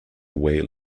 whale